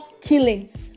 killings